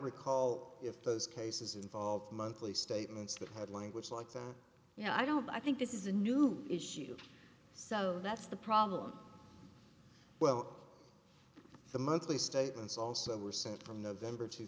recall if those cases involve monthly statements that had language like that you know i don't i think this is a new issue so that's the problem well the monthly statements also were sent from november two